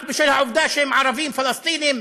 רק בשל העובדה שהם ערבים פלסטינים,